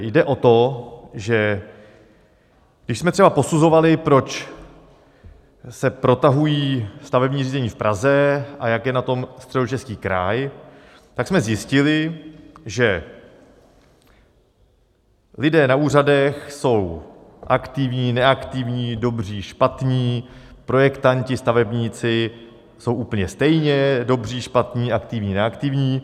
Jde o to, že když jsme třeba posuzovali, proč se protahují stavební řízení v Praze a jak je na tom Středočeský kraj, tak jsme zjistili, že lidé na úřadech jsou aktivní, neaktivní, dobří, špatní; projektanti, stavebníci jsou úplně stejně dobří, špatní, aktivní, neaktivní.